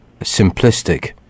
simplistic